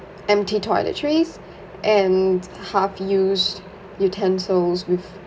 empty toiletries and half-used utensils with